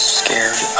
scared